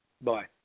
Bye